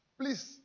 Please